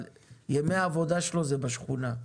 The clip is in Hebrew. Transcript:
אבל ימי העבודה שלו זה בשכונה.